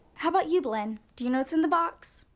how about you, blynn. do you know what's in the box?